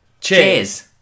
Cheers